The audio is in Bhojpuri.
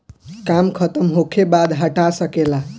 काम खतम होखे बाद हटा सके ला